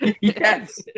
Yes